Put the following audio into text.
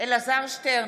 אלעזר שטרן,